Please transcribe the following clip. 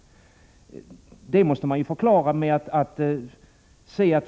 Det måste man förklara.